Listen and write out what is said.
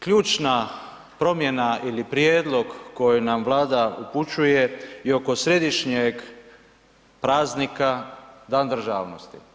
Ključna promjena ili prijedlog koji nam Vlada upućuje i oko središnjeg praznika Dan državnosti.